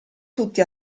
tutti